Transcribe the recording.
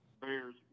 bears